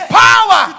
power